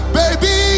baby